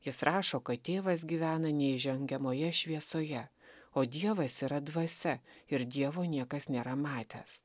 jis rašo kad tėvas gyvena neįžengiamoje šviesoje o dievas yra dvasia ir dievo niekas nėra matęs